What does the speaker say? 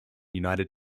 united